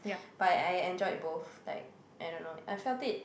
but I enjoyed both like I don't know I felt it